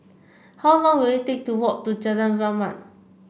how long will it take to walk to Jalan Rahmat